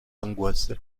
angoisse